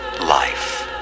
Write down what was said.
life